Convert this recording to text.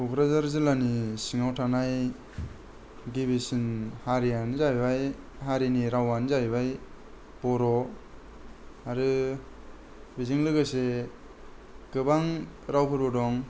कक्राझार जिल्लानि सिङाव थानाय गिबिसिन हारियानो जाहैबाय हारिनि रावानो जाहैबाय बर' आरो बेजों लोगोसे गोबां रावफोरबो दं